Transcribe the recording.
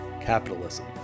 capitalism